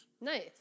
Nice